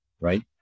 Right